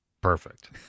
Perfect